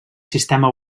sistema